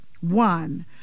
one